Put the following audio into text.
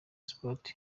sport